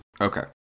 Okay